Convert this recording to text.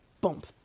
Bump